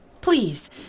Please